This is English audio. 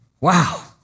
Wow